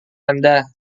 anda